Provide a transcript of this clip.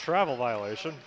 travel violation